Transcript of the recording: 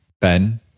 Ben